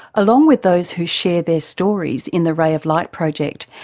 along with those who share their stories in the ray of light project,